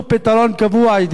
ידידי גאלב מג'אדלה.